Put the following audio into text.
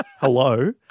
hello